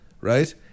right